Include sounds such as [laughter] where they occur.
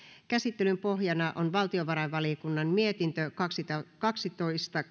käsittelyn pohjana on valtiovarainvaliokunnan mietintö kaksitoista kaksitoista [unintelligible]